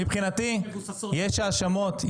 מבחינתי אם יש האשמות,